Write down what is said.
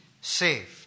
saved